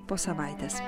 po savaitės